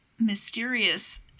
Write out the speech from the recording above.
mysterious